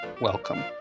welcome